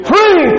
Free